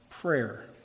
prayer